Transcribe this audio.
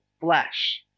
flesh